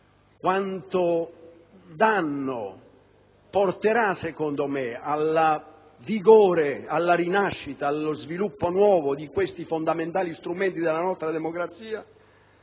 (quanto danno porterà, secondo me, al vigore, alla rinascita e al nuovo sviluppo di questi fondamentali strumenti della nostra democrazia,